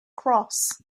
cross